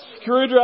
Screwdriver